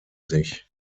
sich